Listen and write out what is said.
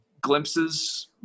glimpses